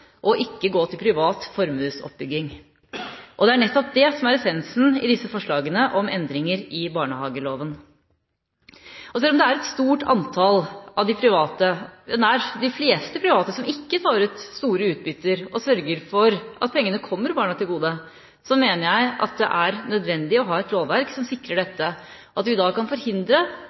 og ikke gå til privat formuesoppbygging. Det er nettopp dette som er essensen i disse forslagene om endringer i barnehageloven. Selv om det er et stort antall av de private – de fleste private – som ikke tar ut store utbytter og sørger for at pengene kommer barna til gode, mener jeg at det er nødvendig å ha et lovverk som sikrer dette, og at vi da kan forhindre